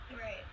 right